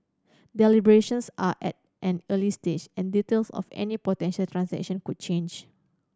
deliberations are at an early stage and details of any potential transaction could change